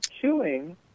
chewing